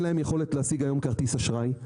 להם יכולת להשיג היום כרטיס אשראי,